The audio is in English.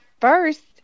first